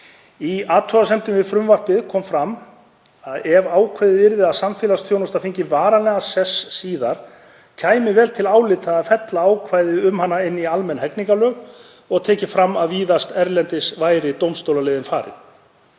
Í athugasemdum við frumvarpið kom fram að ef ákveðið yrði að samfélagsþjónusta fengi varanlegan sess síðar kæmi vel til álita að fella ákvæði um hana inn í almenn hegningarlög og tekið fram að víðast erlendis væri dómstólaleiðin farin.